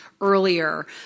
earlier